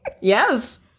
Yes